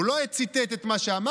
הוא לא ציטט את מה שאמרתי,